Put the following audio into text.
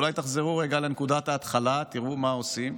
אולי תחזרו רגע לנקודת ההתחלה ותראו מה עושים?